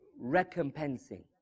recompensing